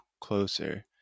closer